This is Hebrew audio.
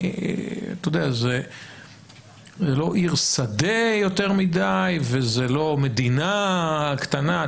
זה לא עיר שדה יותר מדי וזה לא מדינה קטנה,